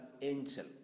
angel